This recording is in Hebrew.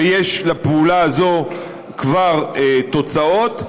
ויש לפעולה הזו כבר תוצאות.